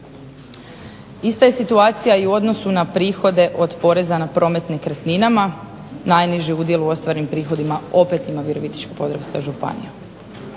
Ista je situacija i u odnosu na prihode od poreza na promet nekretninama. Najniži udjel u ostvarenim prihodima opet ima Virovitičko-podravska županija.